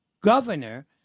governor